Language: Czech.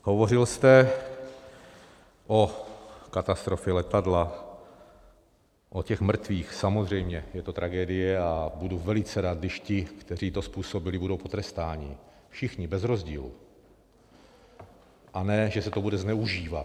Hovořil jste o katastrofě letadla, o těch mrtvých, samozřejmě, že je to tragédie, a budu velice rád, když ti, kteří to způsobili, budou potrestáni, všichni bez rozdílu, a ne, že se to bude zneužívat.